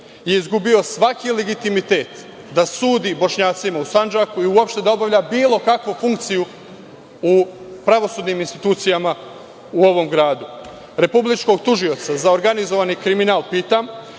je izgubio svaki legitimitet da sudi Bošnjacima u Sandžaku i uopšte da obavlja bilu kakvu funkciju u pravosudnim institucijama u ovom gradu. Republičkog tužioca za organizovani kriminal pitam,